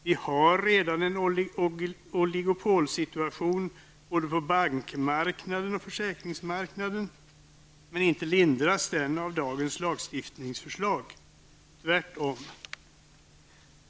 Vi har redan en oligopolsituation både på bankmarknaden och på försäkringsmarknaden. Men inte lindras den av dagens lagstiftningsförslag, tvärtom.